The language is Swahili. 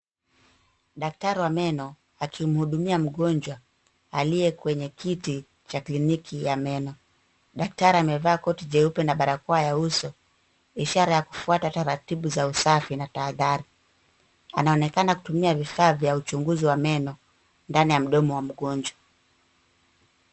Daktari wa meno akimhudumia mgonjwa aliye kwenye kiti cha kliniki ya meno. Daktari amevaa koti jeupe na barakoa ya uso, ishara ya kufuata taratibu za usafi na tahadhari .Anaonekana kutumia vifaa vya uchunguzi wa meno ndani ya mdomo wa mgonjwa.